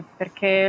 perché